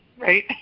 Right